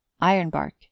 Ironbark